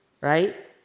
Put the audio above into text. right